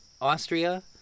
austria